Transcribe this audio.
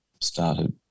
started